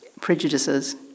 prejudices